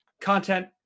content